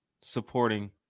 supporting